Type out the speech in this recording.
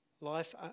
life